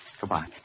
Goodbye